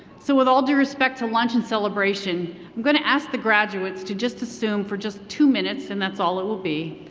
so with all due respect to lunch and celebration, i'm going to ask the graduates to just assume for just two minutes and that's all it will be,